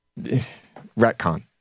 retcon